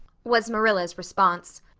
was marilla's response.